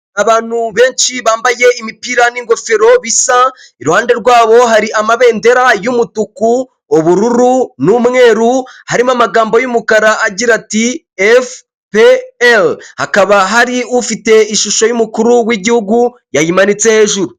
Abantu benshi bambaye imipira n'ingofero bisa, iruhande rwabo hari amabendera yumutuku, ubururu, n'umweru harimo amagambo yumukara agira ati efuperi hakaba hari ufite ishusho y'umukuru w'igihugu yayimanitse hejuru.